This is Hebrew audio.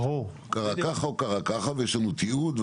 קרה כך או קרה כך וכי יש להם תיעוד.